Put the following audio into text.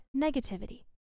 negativity